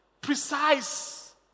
Precise